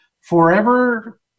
forever